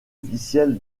officielle